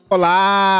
Olá